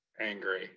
angry